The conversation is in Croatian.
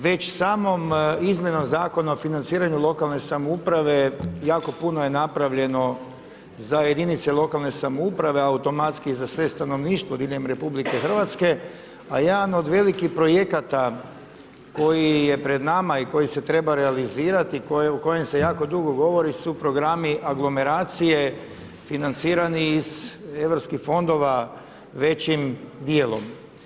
Već samom izmjenom Zakona o financiranju lokalne samouprave, jako puno je napravljeno za jedinice lokalne samouprave, automatski, za sve stanovništvo diljem RH, a jedan od velikih projekata, koji je pred nama i koji se treba realizirati, o kojem se jako dugo govori, su programi aglomeracije financirani iz europskih fondova većim dijelom.